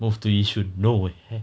move to yishun no way eh